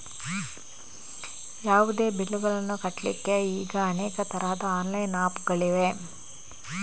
ಯಾವುದೇ ಬಿಲ್ಲುಗಳನ್ನು ಕಟ್ಲಿಕ್ಕೆ ಈಗ ಅನೇಕ ತರದ ಆನ್ಲೈನ್ ಆಪ್ ಗಳಿವೆ